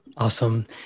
Awesome